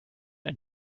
ein